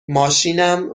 ماشینم